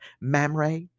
Mamre